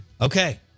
Okay